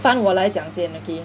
fine 我来讲先 okay